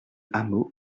hameau